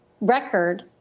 record